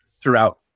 throughout